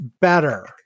better